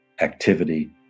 activity